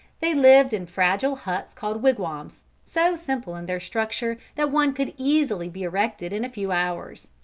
they lived in fragile huts called wigwams, so simple in their structure that one could easily be erected in a few hours.